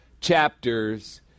chapters